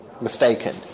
mistaken